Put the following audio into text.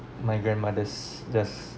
my grandmothers just